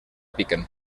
piquen